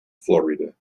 florida